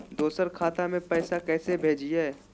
दोसर खतबा में पैसबा कैसे भेजिए?